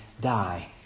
die